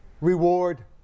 reward